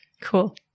Cool